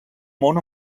món